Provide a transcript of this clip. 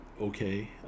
Okay